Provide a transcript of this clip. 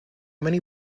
many